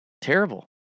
terrible